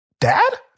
dad